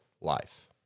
life